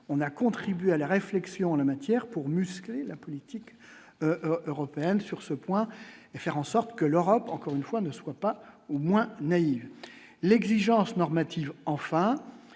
on a contribué à la réflexion en la matière pour muscler la politique européenne sur ce point et faire en sorte que l'Europe, encore une fois, ne soit pas au moins naïve l'exigence normative, enfin,